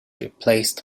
replaced